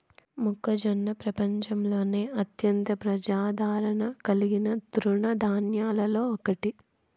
మొక్కజొన్న ప్రపంచంలోనే అత్యంత ప్రజాదారణ కలిగిన తృణ ధాన్యాలలో ఒకటి